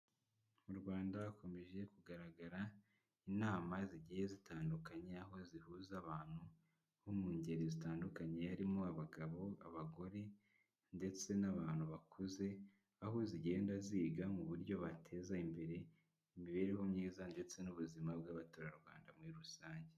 Mu Rwanda hakomeje kugaragara, inama zigiye zitandukanye aho zihuza abantu, bo mu ngeri zitandukanye harimo abagabo, abagore ndetse n'abantu bakuze, aho zigenda ziga mu buryo bateza imbere, imibereho myiza ndetse n'ubuzima bw'abaturarwanda muri rusange.